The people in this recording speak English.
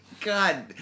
God